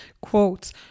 Quotes